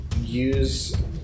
use